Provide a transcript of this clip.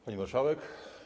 Pani Marszałek!